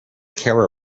care